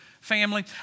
family